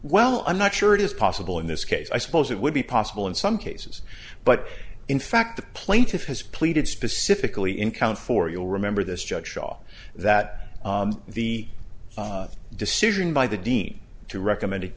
well i'm not sure it is possible in this case i suppose it would be possible in some cases but in fact the plaintiff has pleaded specifically in count four you'll remember this judge shaw that the decision by the dean to recommend